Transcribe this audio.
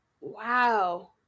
wow